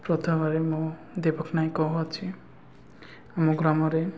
ପ୍ରଥମରେ ମୁଁ ଦୀପକ ନାୟକ କହୁଅଛି ଆମ ଗ୍ରାମରେ